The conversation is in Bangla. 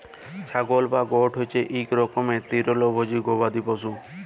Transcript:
ছাগল বা গট হছে ইক রকমের তিরলভোজী গবাদি পশু